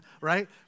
right